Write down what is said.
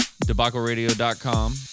debacleradio.com